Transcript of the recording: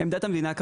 עמדת המדינה הייתה,